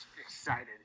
excited